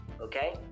okay